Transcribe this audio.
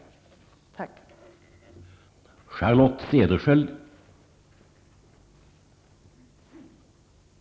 Tack.